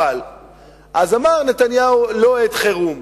אז אמר נתניהו: לא עת חירום.